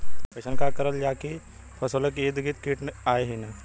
अइसन का करल जाकि फसलों के ईद गिर्द कीट आएं ही न?